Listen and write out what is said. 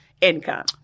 income